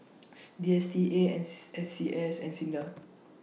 D S T A N S C S and SINDA